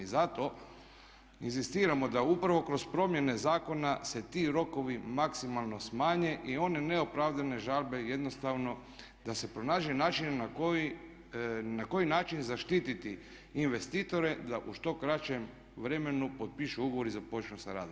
Zato inzistiramo da upravo kroz promjene zakona se ti rokovi maksimalno smanje i one neopravdane žalbe jednostavno da se pronađe način kako zaštititi investitore da u što kraćem vremenu potpišu ugovor i započnu sa radom.